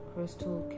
Crystal